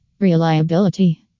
Reliability